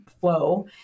flow